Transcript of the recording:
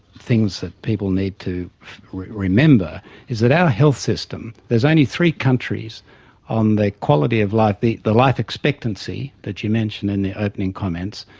things that people need to remember is that our health system, there's only three countries on the quality of life, the the life expectancy that you mentioned in the opening comments,